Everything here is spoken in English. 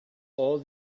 all